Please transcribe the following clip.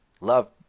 love